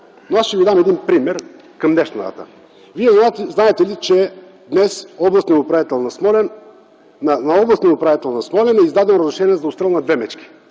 но аз ще Ви дам един пример към днешна дата. Вие знаете ли, че днес на областния управител на Смолян е издадено разрешение за отстрел на две мечки?